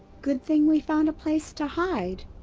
good thing we found a place to hide.